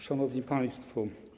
Szanowni Państwo!